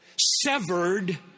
severed